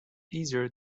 easier